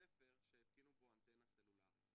בית ספר שהתקינו בו אנטנה סלולרית?